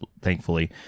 thankfully